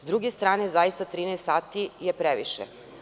Sa druge strane, zaista 13 sati je previše.